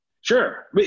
Sure